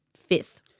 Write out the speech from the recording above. fifth